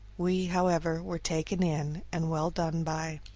we, however, were taken in and well done by.